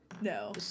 No